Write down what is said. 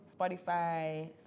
Spotify